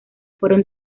fueron